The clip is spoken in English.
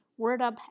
WordUp